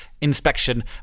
inspection